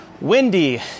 windy